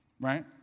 right